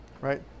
Right